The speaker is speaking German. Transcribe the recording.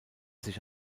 sich